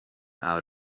out